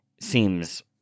seems